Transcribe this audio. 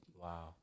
Wow